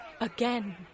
again